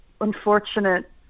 unfortunate